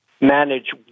manage